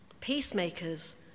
Peacemakers